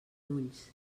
ulls